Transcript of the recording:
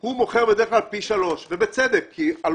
הוא בדרך כלל מוכר פי שלושה ובצדק כי יש את